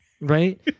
Right